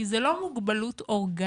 כי זה לא מוגבלות אורגנית